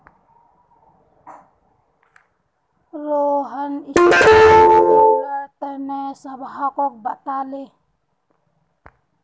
Rohan strip tiller तने सबहाको बताले